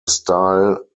style